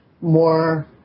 more